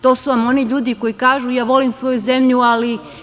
To su vam oni ljudi koji kažu – ja volim svoju zemlju ali…